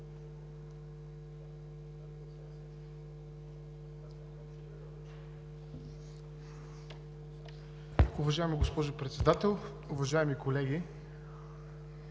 Уважаеми господин Председател, уважаеми колеги,